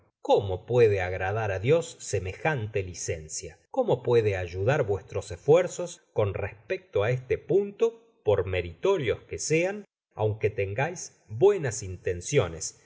cómo puede agradar á dios semejante licencia cómo puede ayudar vuestros esfuerzos con respecto á este punto por meritorios que sean aunque tengais buenas intenciones